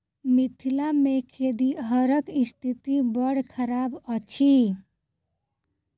मिथिला मे खेतिहरक स्थिति बड़ खराब अछि